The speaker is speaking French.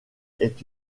est